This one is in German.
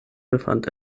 befand